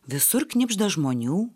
visur knibžda žmonių